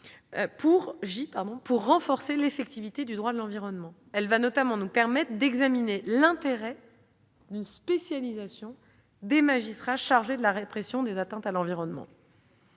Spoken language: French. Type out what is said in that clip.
pour renforcer l'effectivité du droit de l'environnement. Cette mission va notamment nous permettre d'évaluer l'intérêt d'une spécialisation des magistrats chargés de la répression des atteintes à l'environnement.